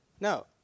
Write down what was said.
No